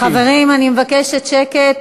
ששש, חברים, אני מבקשת שקט.